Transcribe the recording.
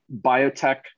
biotech